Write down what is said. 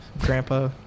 grandpa